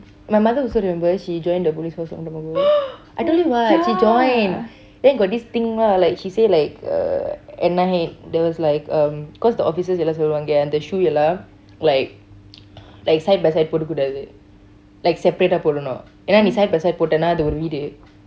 my mother also remember she joined the police force I told you [what] she joined then got this thing lah like she said like uh at night there was like um cause the officers எல்லாம் சொல்வாங்க:ellam cholvanga shoe எல்லாம்:ellam like like side by side போட கூடாது:pota kootaatu like separate ah போடனும் ஏன்னா நீ :potanum eenna nee side by side போட்டேனா அது ஒரு வீடு:potana atu oru veetu